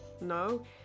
No